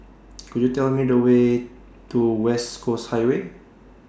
Could YOU Tell Me The Way to West Coast Highway